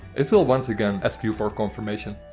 it will once again ask you for confirmation.